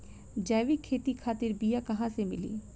जैविक खेती खातिर बीया कहाँसे मिली?